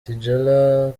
tidjala